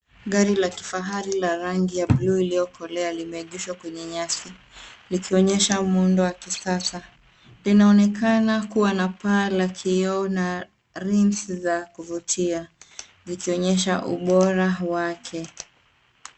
Gari la kifahari la rangi ya blue iliyokolea, limeegeshwa kwenye nyasi, likionyesha muundo wa kisasa. Linaonekana kua na paa la kioo na rims za kuvutia, zikionyesha ubora wake.